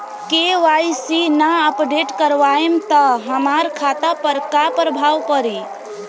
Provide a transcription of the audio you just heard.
KYC ना update करवाएम त हमार खाता पर का प्रभाव पड़ी?